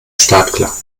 startklar